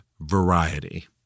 variety